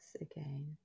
again